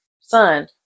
son